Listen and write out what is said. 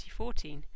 2014